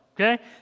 okay